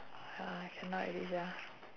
ah I cannot already sia